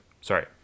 sorry